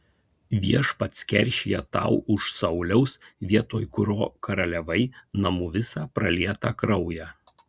viešpats keršija tau už sauliaus vietoj kurio karaliavai namų visą pralietą kraują